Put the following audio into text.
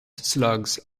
slugs